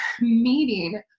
meeting